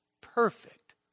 perfect